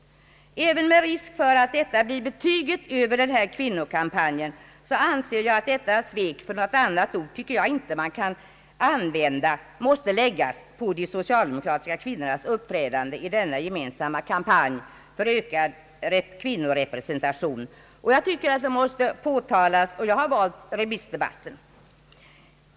Även om risk för att detta blir betyget över denna kvinnokampanj anser jag att detta svek — något annat ord tycker jag inte man kan använda om de socialdemokratiska kvinnornas uppträdande i denna gemensamma kampanj för ökad kvinnorepresentation — måste påtalas, och för det har jag valt remissdebatten.